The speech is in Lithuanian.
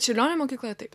čiurlionio mokykloje taip